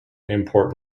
import